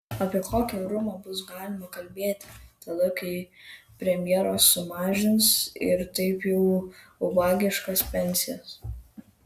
apie kokį orumą bus galima kalbėti tada kai premjeras sumažins ir taip jau ubagiškas pensijas